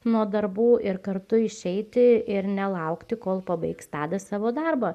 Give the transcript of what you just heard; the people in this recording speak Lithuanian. nuo darbų ir kartu išeiti ir nelaukti kol pabaigs tadas savo darbą